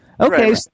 Okay